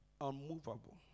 unmovable